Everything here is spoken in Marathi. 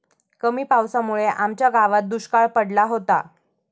कमी पावसामुळे आमच्या गावात दुष्काळ पडला होता